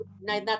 na